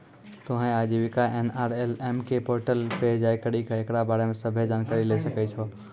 तोहें आजीविका एन.आर.एल.एम के पोर्टल पे जाय करि के एकरा बारे मे सभ्भे जानकारी लै सकै छो